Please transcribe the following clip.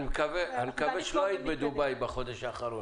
אני מקווה שלא היית בדובאי בחודש האחרון.